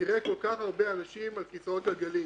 תראה כל כך הרבה אנשים על כיסאות גלגלים.